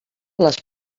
les